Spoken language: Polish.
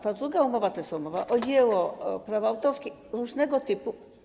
Ta druga umowa to jest umowa o dzieło, prawa autorskie, różnego typu.